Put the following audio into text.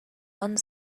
one